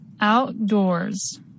Outdoors